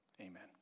Amen